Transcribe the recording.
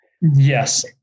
Yes